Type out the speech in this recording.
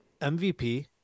MVP